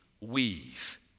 weave